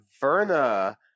verna